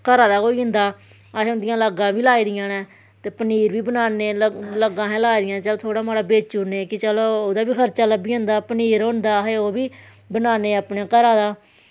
घरा दा गै होई जंदा असैं ओह्दियां लाग्गां बी लाई दियां नै ते पनीर बी बनाने लाग्गां असैं लाई दियां चल थोह्ड़ा मता बेच्ची ओड़ने कि चलो ओह्दा बी खर्चा लब्भी जंदा पनीर होंदा असें ओह् बी बनाने अपने घरा दा